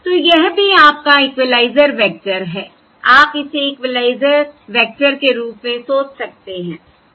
तो यह भी आपका इक्विलाइजर वेक्टर है आप इसे इक्विलाइजर वेक्टर के रूप में सोच सकते हैं